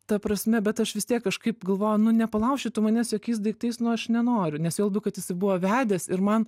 ta prasme bet aš vis tiek kažkaip galvojau nu nepalauši tu mane jokiais daiktais nu aš nenoriu nes juo labiau kad jisai buvo vedęs ir man